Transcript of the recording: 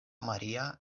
maria